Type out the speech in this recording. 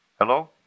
Hello